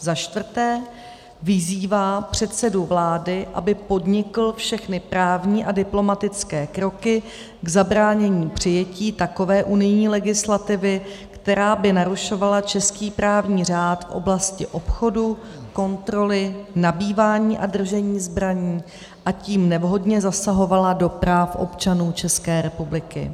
IV. vyzývá předsedu vlády, aby podnikl všechny právní a diplomatické kroky k zabránění přijetí takové unijní legislativy, která by narušovala český právní řád v oblasti obchodu, kontroly, nabývání a držení zbraní, a tím nevhodně zasahovala do práv občanů České republiky;